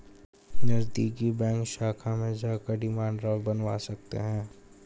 नज़दीकी बैंक शाखा में जाकर डिमांड ड्राफ्ट बनवा सकते है